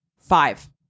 five